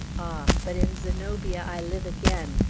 ah! but in zenobia i live again!